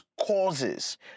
causes